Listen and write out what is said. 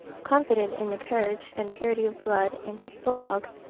confident in the courage and purity of blood in his bull-dog,